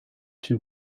two